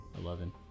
Eleven